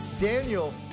Daniel